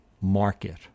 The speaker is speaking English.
market